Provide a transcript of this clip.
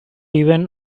even